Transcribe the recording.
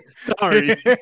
Sorry